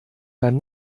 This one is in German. beim